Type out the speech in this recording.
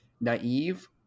naive